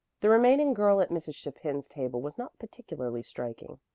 the remaining girl at mrs. chapin's table was not particularly striking.